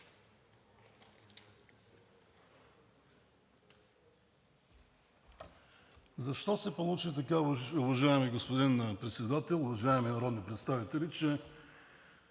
Защо се получи така, уважаеми господин Председател, уважаеми народни представители, че